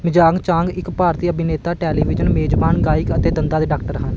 ਮੀਯਾਂਗ ਚਾਂਗ ਇੱਕ ਭਾਰਤੀ ਅਭਿਨੇਤਾ ਟੈਲੀਵਿਜ਼ਨ ਮੇਜ਼ਬਾਨ ਗਾਇਕ ਅਤੇ ਦੰਦਾਂ ਦੇ ਡਾਕਟਰ ਹਨ